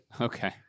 Okay